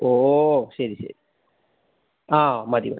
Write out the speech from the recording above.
ഓ ഓ ഓ ശരി ശരി ആ മതി മതി